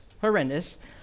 horrendous